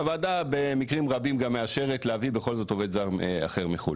הוועדה במקרים רבים גם מאשרת להביא בכל זאת עובד זר אחר מחו"ל.